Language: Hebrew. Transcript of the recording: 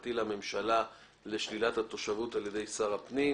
המשפטי לממשלה לשלילת התושבות על ידי שר הפנים.